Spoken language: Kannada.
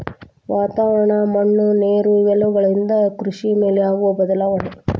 ವಾತಾವರಣ, ಮಣ್ಣು ನೇರು ಇವೆಲ್ಲವುಗಳಿಂದ ಕೃಷಿ ಮೇಲೆ ಆಗು ಬದಲಾವಣೆ